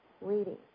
reading